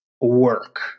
work